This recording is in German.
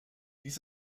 dies